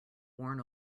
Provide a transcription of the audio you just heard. worn